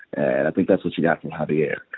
and i think that's what you got from javier.